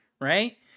right